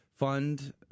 Fund